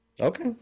Okay